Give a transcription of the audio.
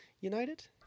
United